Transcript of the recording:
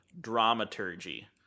dramaturgy